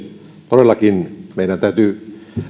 todellakin meidän täytyy